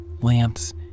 lamps